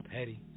Petty